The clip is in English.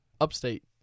Upstate